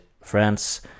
France